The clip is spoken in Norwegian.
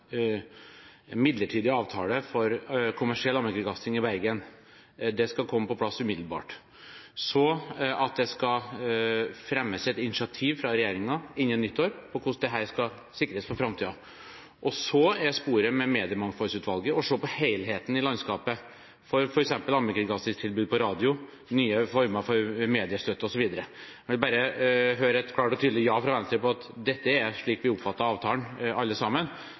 midlertidig avtale for kommersiell allmennkringkasting i Bergen – det skal komme på plass umiddelbart – så at det skal fremmes et initiativ fra regjeringen innen nyttår om hvordan dette skal sikres for framtiden, og så er sporet med Mediemangfoldsutvalget å se på helheten i landskapet for f.eks. allmennkringkastingstilbud på radio, nye former for mediestøtte osv. Jeg vil bare høre et klart og tydelig ja fra Venstre på at dette er slik vi oppfatter avtalen, alle sammen,